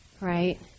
Right